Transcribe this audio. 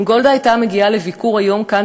אם גולדה הייתה מגיעה היום לביקור כאן,